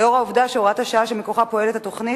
לאור העובדה שהוראת השעה שמכוחה פועלת התוכנית